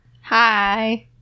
Hi